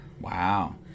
Wow